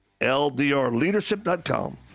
ldrleadership.com